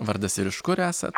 vardas ir iš kur esat